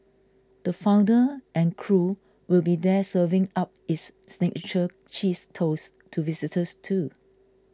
the founder and crew will be there serving up its signature cheese toast to visitors too